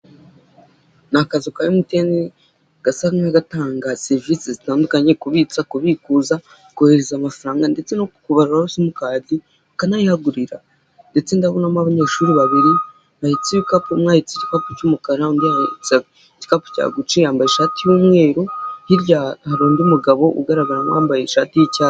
Ni akazu ka emutiyene gasa nk'agatanga serivisi zitandukanye, kubitsa, kubikuza, kohereza amafaranga ndetse no kukubaruraho simukadi ukanayihagurira ndetse ndabonamo abanyeshuri babiri bahetse ibikapu, umwe ahetse igikapu cy'umukara undi ahetse igikapu cya guci, yambaye ishati y'umweru, hirya hari undi mugabo ugaragara nk'uwambaye ishati y'icyatsi.